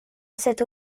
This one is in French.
cette